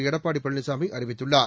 எடப்பாடி பழனிசாமி அறிவித்துள்ளார்